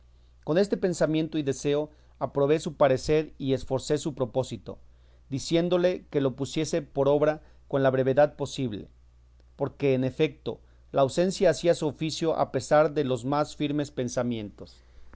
con este pensamiento y deseo aprobé su parecer y esforcé su propósito diciéndole que lo pusiese por obra con la brevedad posible porque en efeto la ausencia hacía su oficio a pesar de los más firmes pensamientos